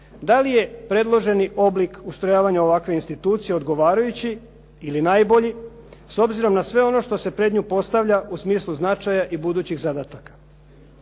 Da li je predloženi oblik ustrojavanja ovakve institucije odgovarajući ili najbolji s obzirom na sve ono što se pred nju postavlja u smislu značaja i budućih zadataka